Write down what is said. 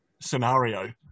scenario